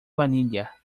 vainilla